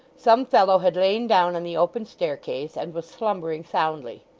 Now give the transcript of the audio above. some fellow had lain down on the open staircase, and was slumbering soundly.